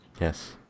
Yes